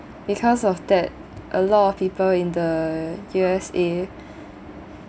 because of that a lot of people in the U_S_A